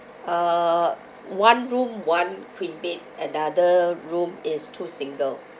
uh one room one queen bed another room is two single